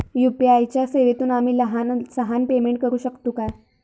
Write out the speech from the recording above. UPI च्या सेवेतून आम्ही लहान सहान पेमेंट करू शकतू काय?